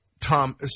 Tom –